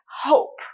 hope